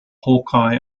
hawkeye